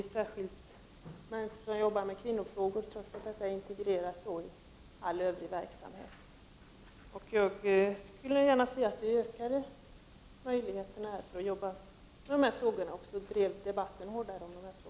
Särskilda människor arbetar exempelvis med kvinnofrågor, trots att de är integrerade i all övrig verksamhet. Jag skulle gärna se att vi ökade möj ligheterna att arbeta med de här frågorna och drev debatten om dem hårdare.